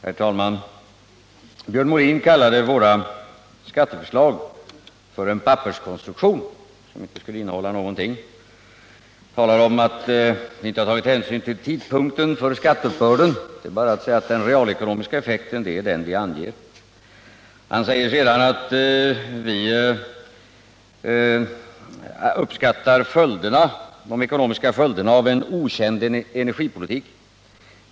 Herr talman! Björn Molin kallade våra skatteförslag för en papperskonstruktion, som inte skulle innehålla någonting. Han talar om att vi inte har tagit hänsyn till tidpunkten för skatteuppbörden. Till det är bara att säga att den realekonomiska effekten är den vi anger. Han säger sedan att vi uppskattat de ekonomiska följderna av en okänd energipolitik.